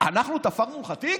אנחנו תפרנו לך תיק?